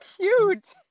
cute